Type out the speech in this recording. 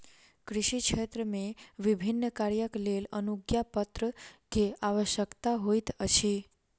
कृषि क्षेत्र मे विभिन्न कार्यक लेल अनुज्ञापत्र के आवश्यकता होइत अछि